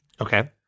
Okay